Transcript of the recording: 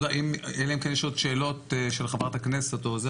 אלא אם כן יש עוד שאלות של חברת הכנסת.